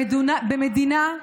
במדינה,